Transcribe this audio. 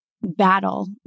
battle